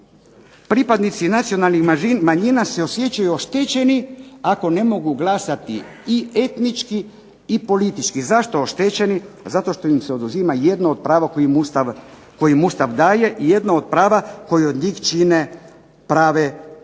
Pripadnici nacionalnih manjina se osjećaju oštećeni ako ne mogu glasati i etnički, i politički. Zašto oštećeni? Zato što im se oduzima jedno od prava koje im Ustav daje, i jedno od prava koji od njih čine prave